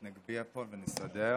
נגביה פה ונסדר.